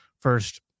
first